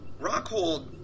Rockhold